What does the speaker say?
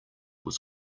was